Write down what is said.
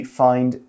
find